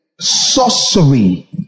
sorcery